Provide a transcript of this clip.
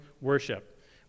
worship